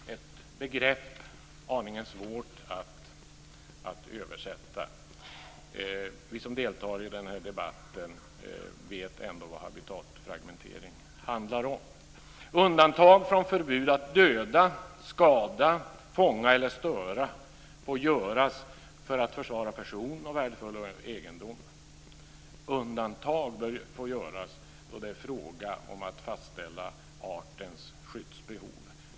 Det är ett begrepp som är aningen svårt att översätta, men vi som deltar i debatten vet ändå vad det handlar om. Undantag från förbud att döda, skada, fånga eller störa får göras för att försvara person och värdefull egendom. Undantag bör också få göras då det är fråga om att fastställa artens skyddsbehov.